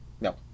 No